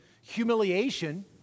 humiliation